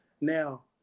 Now